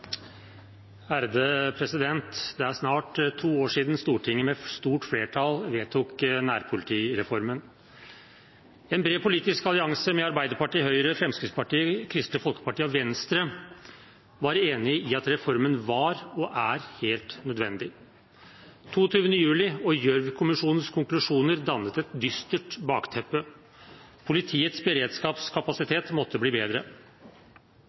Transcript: Det er snart to år siden Stortinget med stort flertall vedtok nærpolitireformen. En bred politisk allianse med Arbeiderpartiet, Høyre, Fremskrittspartiet, Kristelig Folkeparti og Venstre var enig om at reformen var og er helt nødvendig. 22. juli og Gjørv-kommisjonens konklusjoner dannet et dystert bakteppe. Politiets beredskapskapasitet måtte bli bedre.